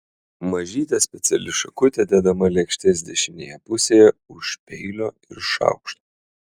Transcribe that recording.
mažytė speciali šakutė dedama lėkštės dešinėje pusėje už peilio ir šaukšto